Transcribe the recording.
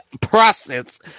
process